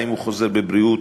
האם הוא חוזר בבריאות,